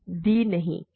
क्योंकि a irreducible है